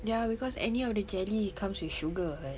ya cause any of the jelly comes with sugar [what]